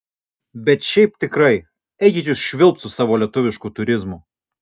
bet šiaip tikrai eikit jūs švilpt su savo lietuvišku turizmu